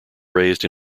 raised